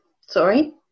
Sorry